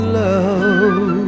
love